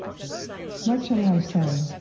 what shall i say?